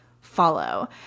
follow